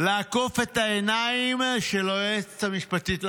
לעקוף את העיניים של היועצת המשפטית לממשלה,